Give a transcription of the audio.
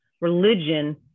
religion